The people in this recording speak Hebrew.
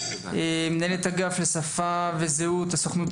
מנהלת אגף לשפה וזהות, הסוכנות